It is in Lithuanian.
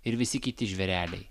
ir visi kiti žvėreliai